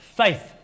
faith